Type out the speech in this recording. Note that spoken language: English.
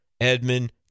Edmund